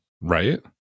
Right